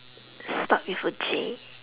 start with a J